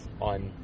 on